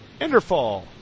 enderfall